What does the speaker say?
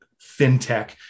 fintech